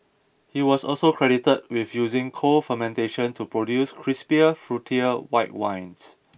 he was also credited with using cold fermentation to produce crisper fruitier white wines